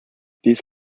these